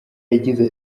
yagize